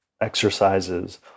exercises